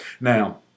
Now